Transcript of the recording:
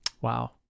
Wow